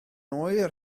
oer